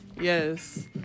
Yes